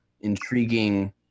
intriguing